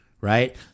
right